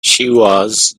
jealous